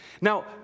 Now